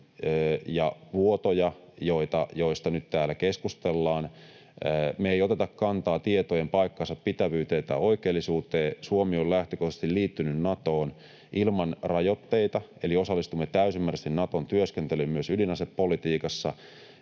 ja vuotoja, joista nyt täällä keskustellaan. Me ei oteta kantaa tietojen paikkansapitävyyteen tai oikeellisuuteen. Suomi on lähtökohtaisesti liittynyt Natoon ilman rajoitteita, eli osallistumme täysimääräisesti Naton työskentelyyn myös ydinasepolitiikassa,